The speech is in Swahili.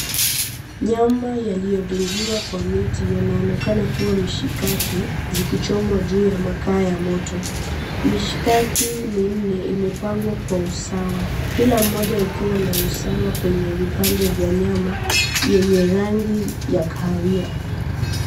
Nyama yaliodungiwa kwa miti yanaonekana kua mishikaki zikichomwa juu ya makaa ya moto. Mishikaki minne imepangwa kwa usawa. Kila moja ikiwa na usawa kwenye vipande vya nyama yenye rangi ya kahawia